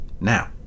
Now